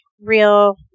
real